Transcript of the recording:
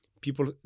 people